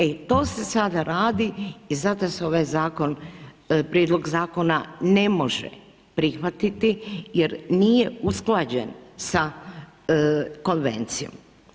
E to se sada radi i zato se ovaj zakon, prijedlog zakona ne može prihvatiti jer nije usklađen sa Konvencijom.